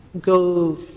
go